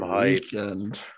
weekend